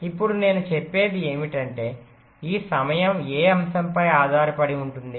ఇప్పుడు నేను చెప్పేది ఏమిటంటే ఈ సమయం ఏ అంశంపై ఆధారపడి ఉంటుంది